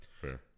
fair